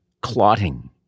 clotting